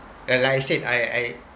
uh like I said I I